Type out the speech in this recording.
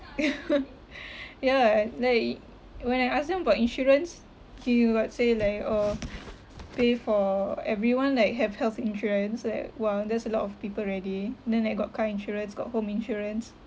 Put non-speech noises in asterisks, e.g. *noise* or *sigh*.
*laughs* ya eh they when I ask them about insurance he he got say like oh pay for everyone like have health insurance like !wah! that's a lot of people already and then like got car insurance got home insurance